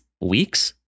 weeks